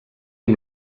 amb